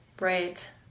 Right